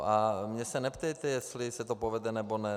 A mě se neptejte, jestli se to povede, nebo ne.